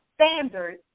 standards